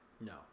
No